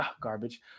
garbage